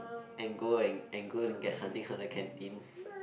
and go and and go and get something so they can